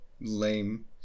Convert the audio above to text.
lame